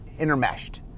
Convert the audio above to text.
intermeshed